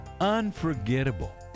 unforgettable